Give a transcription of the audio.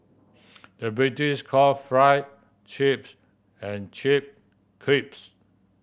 the British call chips and chip crisps